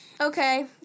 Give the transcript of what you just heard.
Okay